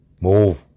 Move